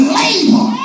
labor